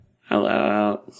Hello